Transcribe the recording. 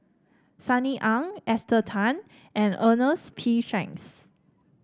Sunny Ang Esther Tan and Ernest P Shanks